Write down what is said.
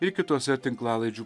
ir kitose tinklalaidžių